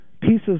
pieces